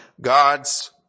God's